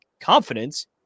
confidence